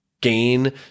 gain